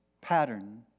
pattern